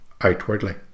outwardly